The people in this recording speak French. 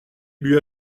lui